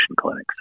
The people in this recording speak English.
clinics